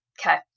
Okay